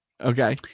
Okay